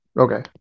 Okay